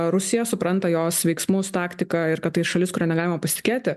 rusija supranta jos veiksmus taktiką ir kad tai šalis kuria negalima pasitikėti